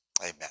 amen